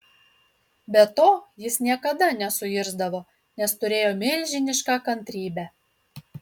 be to jis niekada nesuirzdavo nes turėjo milžinišką kantrybę